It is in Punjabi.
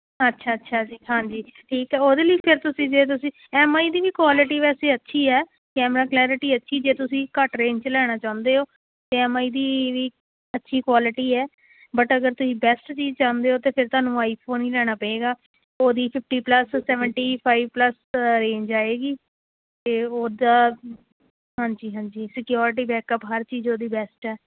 ਅੱਛਾ ਅੱਛਾ ਜੀ ਹਾਂਜੀ ਠੀਕ ਹੈ ਉਹਦੇ ਲਈ ਫਿਰ ਤੁਸੀਂ ਜੇ ਤੁਸੀਂ ਐੱਮ ਆਈ ਦੀ ਵੀ ਕੁਆਲਿਟੀ ਵੈਸੇ ਅੱਛੀ ਹੈ ਕੈਮਰਾ ਕਲੈਰਿਟੀ ਅੱਛੀ ਜੇ ਤੁਸੀਂ ਘੱਟ ਰੇਂਜ 'ਚ ਲੈਣਾ ਚਾਹੁੰਦੇ ਹੋ ਐੱਮ ਆਈ ਦੀ ਵੀ ਅੱਛੀ ਕੁਆਲਿਟੀ ਹੈ ਬਟ ਅਗਰ ਤੁਸੀਂ ਬੈਸਟ ਚੀਜ਼ ਚਾਹੁੰਦੇ ਹੋ ਅਤੇ ਫਿਰ ਤੁਹਾਨੂੰ ਆਈਫੋਨ ਹੀ ਲੈਣਾ ਪਏਗਾ ਉਹਦੀ fifty plus seventy five plus range ਆਏਗੀ ਅਤੇ ਉਹਦਾ ਹਾਂਜੀ ਹਾਂਜੀ ਸਕਿਉਰਟੀ ਬੈਕਅਪ ਹਰ ਚੀਜ਼ ਉਹਦੀ ਬੈਸਟ ਹੈ